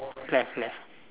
left left